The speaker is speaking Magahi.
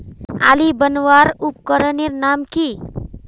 आली बनवार उपकरनेर नाम की?